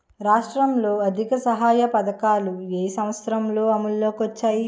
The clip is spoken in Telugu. రాష్ట్రంలో ఆర్థిక సహాయ పథకాలు ఏ సంవత్సరంలో అమల్లోకి వచ్చాయి?